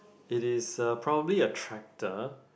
it is a probably a tractor